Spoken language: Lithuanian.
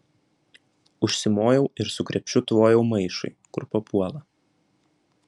užsimojau ir su krepšiu tvojau maišui kur papuola